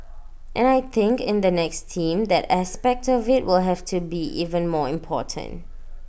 and I think in the next team that aspect of IT will have to be even more important